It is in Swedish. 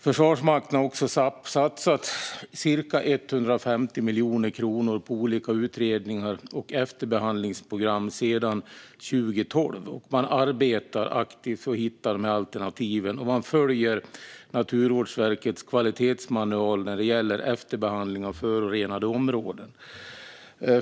Försvarsmakten har satsat cirka 150 miljoner kronor på olika utredningar och efterbehandlingsprogram sedan 2012. Man arbetar aktivt och hittar alternativ, och man följer Naturvårdsverkets kvalitetsmanual när det gäller efterbehandling av förorenade områden.